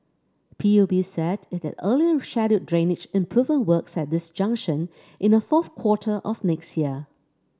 P U B said it had earlier scheduled drainage improvement works at this junction in the fourth quarter of next year